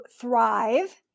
thrive